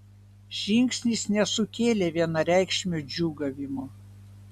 žingsnis nesukėlė vienareikšmio džiūgavimo